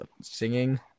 singing